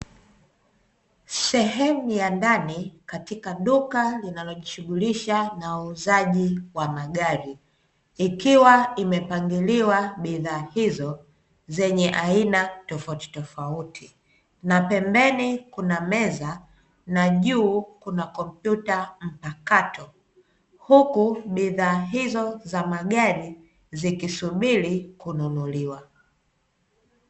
Sehemu ya ndani katika duka linalojishugulisha na wauzaji wa magari, ikiwa imepangiliwa bidhaa hizo zenye aina tofautitofauti na pembeni kuna meza na juu kuna kompyuta mpakato. Huku bidhaa hizo za magari zikisubili kununuliwa.